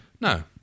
no